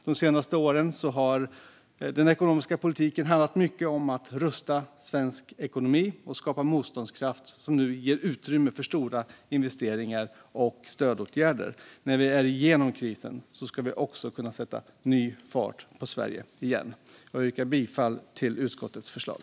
De senaste åren har den ekonomiska politiken handlat mycket om att rusta svensk ekonomi och om att skapa motståndskraft. Det ger nu utrymme för stora investeringar och stödåtgärder. När vi är igenom krisen ska vi kunna sätta fart på Sverige igen. Jag yrkar bifall till utskottets förslag.